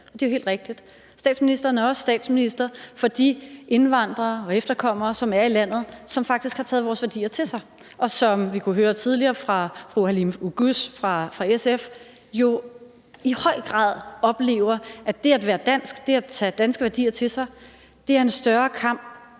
skylder at sige, at statsministeren også er statsminister for de indvandrere og efterkommere, som er i landet, og som faktisk har taget vores værdier til sig, men som vi tidligere kunne høre fra fru Halime Oguz fra SF i høj grad oplever, at det at være dansk, det at tage danske værdier til sig er en større kamp,